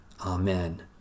Amen